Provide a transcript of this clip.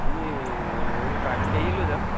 আমি এইবোৰ প্ৰাইভেট গাড়ীয়ে লৈ যাম